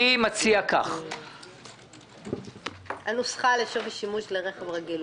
הוא דיבר על הנוסחה לשווי שימוש לרכב רגיל.